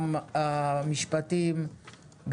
גם המשפטים,